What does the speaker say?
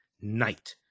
night